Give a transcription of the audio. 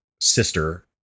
sister